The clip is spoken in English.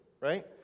right